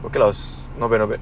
because not bad not bad